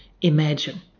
imagine